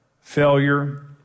failure